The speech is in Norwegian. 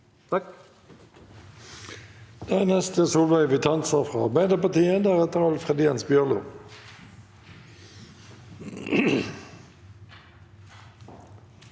Takk